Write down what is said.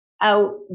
out